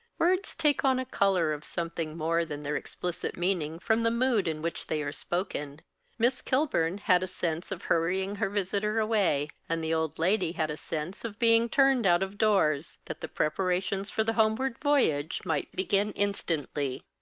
words take on a colour of something more than their explicit meaning from the mood in which they are spoken miss kilburn had a sense of hurrying her visitor away, and the old lady had a sense of being turned out-of-doors, that the preparations for the homeward voyage might begin instantly.